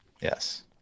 Yes